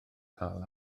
cael